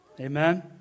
Amen